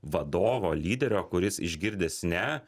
vadovo lyderio kuris išgirdęs ne